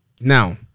Now